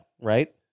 Right